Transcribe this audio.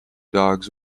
dogs